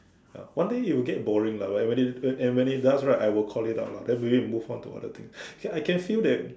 ya one day you'll get boring lah when they and when it does I will call it out lah then we need move on to other thing actually I can feel that